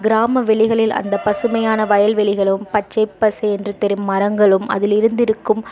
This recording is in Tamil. கிராமவெளிகளில் அந்த பசுமையான வயல்வெளிகளும் பச்சை பசேல் என்று தெரியும் மரங்களும் அதிலிருந்து இருக்கும்